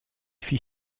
fit